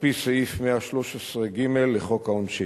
על-פי סעיף 113(ג) לחוק העונשין.